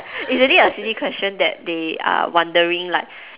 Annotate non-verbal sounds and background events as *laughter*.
*laughs* is really a silly question that they are wondering like